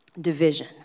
division